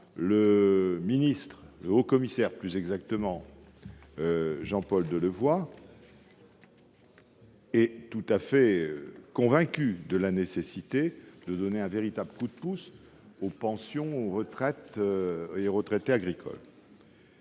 au Sénat, que le haut-commissaire Jean-Paul Delevoye est tout à fait convaincu de la nécessité de donner un véritable coup de pouce aux pensions et aux retraités agricoles.